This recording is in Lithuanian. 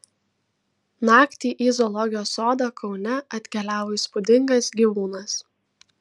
naktį į zoologijos sodą kaune atkeliavo įspūdingas gyvūnas